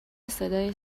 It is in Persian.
صدای